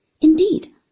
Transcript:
Indeed